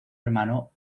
hermano